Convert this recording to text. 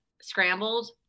scrambled